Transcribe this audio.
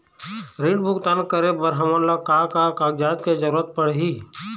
ऋण भुगतान करे बर हमन ला का का कागजात के जरूरत पड़ही?